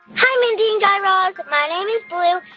hi, mindy and guy raz. my name is blue,